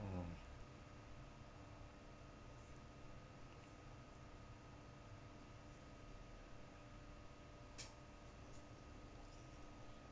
mm